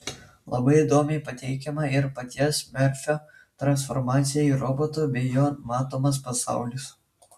labai įdomiai pateikiama ir paties merfio transformacija į robotą bei jo matomas pasaulis